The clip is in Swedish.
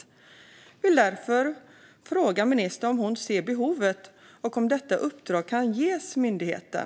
Jag vill därför fråga ministern om hon ser behov av det och om detta uppdrag kan ges myndigheten.